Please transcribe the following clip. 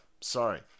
Sorry